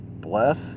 Bless